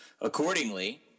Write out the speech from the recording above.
accordingly